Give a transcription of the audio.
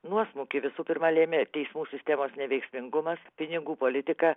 nuosmukį visų pirma lėmė teismų sistemos neveiksmingumas pinigų politika